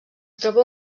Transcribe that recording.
troba